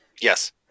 Yes